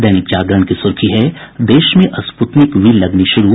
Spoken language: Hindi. दैनिक जागरण की सुर्खी है देश में स्पुतनिक वी लगनी शुरू